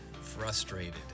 frustrated